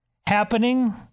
happening